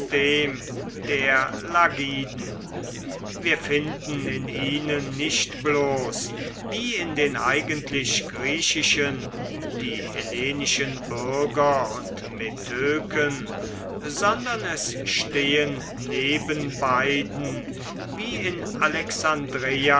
der lagiden wir finden in ihnen nicht bloß wie in den eigentlich griechischen die hellenischen bürger und metöken sondern es stehen neben beiden wie in alexandreia